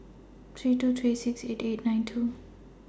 three two three six eight eight nine two